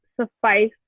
suffice